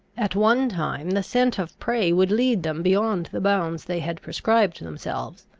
at one time the scent of prey would lead them beyond the bounds they had prescribed themselves,